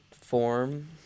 form